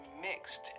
mixed